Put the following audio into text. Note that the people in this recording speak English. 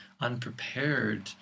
unprepared